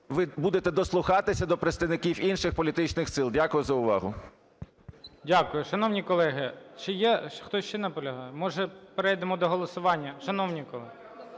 ви будете дослухатися до представників інших політичних сил. Дякую за увагу. ГОЛОВУЮЧИЙ. Дякую. Шановні колеги, чи є… Хтось ще наполягає? Може перейдемо до голосування, шановні колеги?